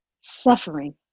suffering